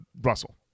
Russell